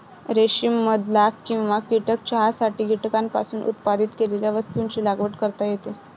रेशीम मध लाख किंवा कीटक चहासाठी कीटकांपासून उत्पादित केलेल्या वस्तूंची लागवड करता येते